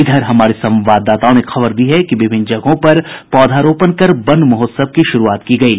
इधर हमारे संवाददाताओं ने खबर दी है कि विभिन्न जगहों पर पौधारोपण कर वन महोत्सव की शुरूआत की गयी